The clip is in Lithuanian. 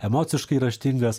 emociškai raštingas